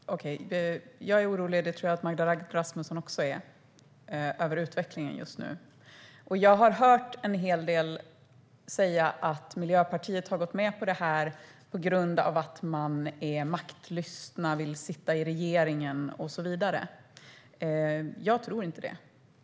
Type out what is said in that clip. Herr talman! Jag är orolig över utvecklingen just nu, och det tror jag att Magda Rasmusson också är. Jag har hört en hel del personer säga att Miljöpartiet har gått med på det här på grund av maktlystnad, att man vill sitta i regeringen och så vidare. Jag tror inte det.